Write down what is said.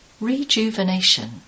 rejuvenation